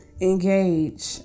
engage